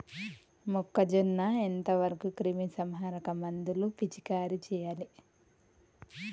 మొక్కజొన్న ఎంత వరకు క్రిమిసంహారక మందులు పిచికారీ చేయాలి?